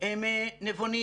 הם נבונים